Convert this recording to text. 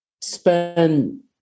spend